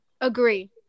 Agree